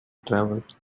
travel